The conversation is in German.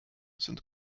sind